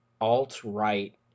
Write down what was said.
alt-right